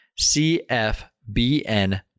CFBN